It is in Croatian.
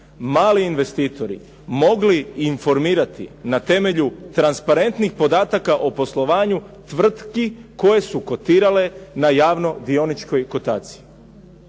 mali investitori mogli informirati na temelju transparentnih podataka o poslovanju tvrtki koje su kotirale na javnoj dioničkoj kotaciji